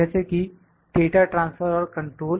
जैसे कि data transfer और कंट्रोल